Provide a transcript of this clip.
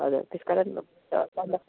हजुर त्यसकारण